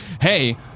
hey